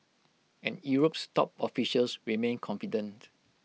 and Europe's top officials remain confident